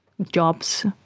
jobs